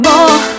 More